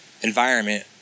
environment